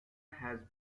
has